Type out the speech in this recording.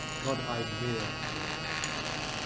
plod i ne'er so fast.